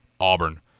Auburn